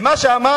מה שאמר